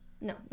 No